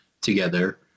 together